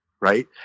right